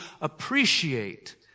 appreciate